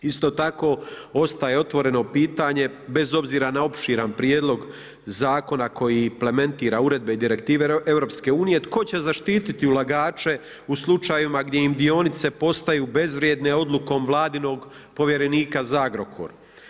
Isto tako ostaje otvoreno pitanje, bez obzira na opširan prijedlog zakona koji implementira uredbe i direktive EU, tko će zaštitit ulagače u slučajevima gdje im dionice postaju bezvrijedne odlukom vladinog povjerenika za Agrokor?